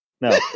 no